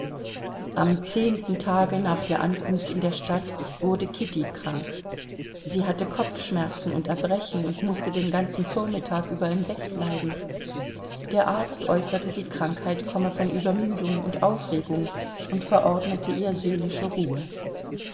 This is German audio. am zehnten tage nach der ankunft in der stadt wurde kitty krank sie hatte kopfschmerzen und erbrechen und mußte den ganzen vormittag über im bett bleiben der arzt äußerte die krankheit komme von übermüdung und aufregung und verordnete ihr seelische ruhe